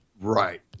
Right